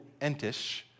entish